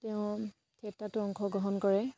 তেওঁ থিয়েটাৰটো অংশগ্ৰহণ কৰে